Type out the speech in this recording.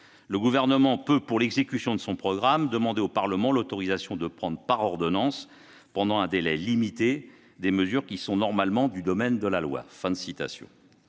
le Gouvernement peut, pour l'exécution de son programme, demander au Parlement l'autorisation de prendre par ordonnances, pendant un délai limité, des mesures qui sont normalement du domaine de la loi